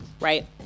right